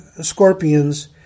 scorpions